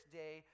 day